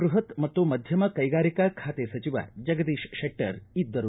ಬೃಹತ್ ಮತ್ತು ಮಧ್ಯಮ ಕೈಗಾರಿಕಾ ಖಾತೆ ಸಚಿವ ಜಗದೀಶ್ ಶೆಟ್ಟರ್ ಇದ್ದರು